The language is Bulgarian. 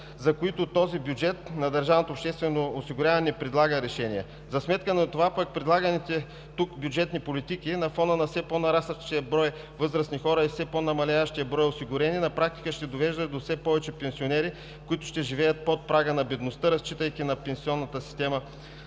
за които този бюджет на държавното обществено осигуряване не предлага решение. За сметка на това, предлаганите тук бюджетни политики, на фона на все по нарастващия брой възрастни хора и на все по намаляващия брой осигурени, на практика ще доведат до все повече пенсионери, които ще живеят под прага на бедността, разчитайки на пенсионната система